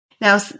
Now